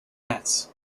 nets